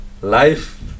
life